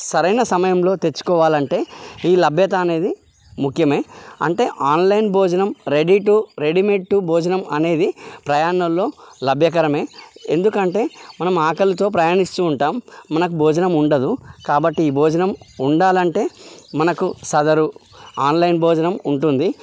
సరైన సమయంలో తెచ్చుకోవాలంటే ఈ లభ్యత అనేది ముఖ్యమే అంటే ఆన్లైన్ భోజనం రెడీ టూ రెడీమేడ్ టు భోజనం అనేది ప్రయాణంలో లభ్యకరమే ఎందుకంటే మనం ఆకలితో ప్రయాణిస్తూ ఉంటాం మనకు భోజనం ఉండదు కాబట్టి ఈ భోజనం ఉండాలంటే మనకు సదరు ఆన్లైన్ భోజనం ఉంటుంది